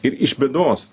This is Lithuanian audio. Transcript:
ir iš bėdos